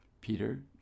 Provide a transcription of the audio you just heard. Peter